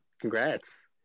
Congrats